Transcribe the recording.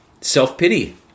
self-pity